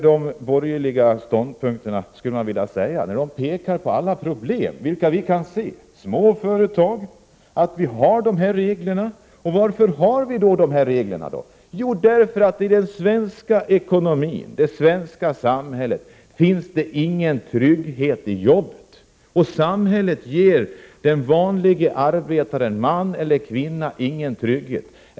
De borgerliga företrädarna pekar på de problem som vi kan se och nämner småföretag och de regler som finns. Varför har vi dessa regler? Jo, därför att i den svenska ekonomin, i det svenska samhället finns det ingen trygghet i jobbet. Samhället ger inte den vanlige arbetaren, man eller kvinna, någon trygghet.